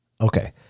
Okay